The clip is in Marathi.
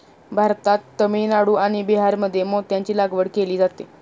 भारतात तामिळनाडू आणि बिहारमध्ये मोत्यांची लागवड केली जाते